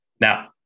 Now